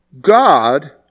God